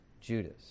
Judas